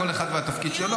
כל אחד והתפקיד שלו.